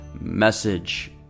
message